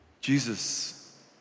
Jesus